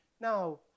Now